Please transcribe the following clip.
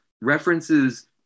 references